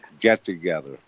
get-together